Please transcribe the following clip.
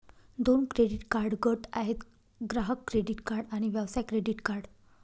दोन credit card गट आहेत, ग्राहक क्रेडिट कार्ड आणि व्यवसाय क्रेडिट कार्ड